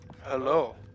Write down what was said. Hello